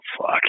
fuck